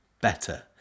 Better